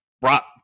brought